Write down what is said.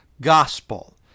gospel